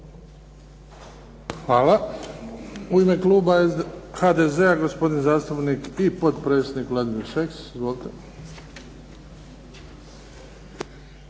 Hvala. U ime kluba HDZ-a gospodin zastupnik i potpredsjednik Vladimir Šeks. Izvolite.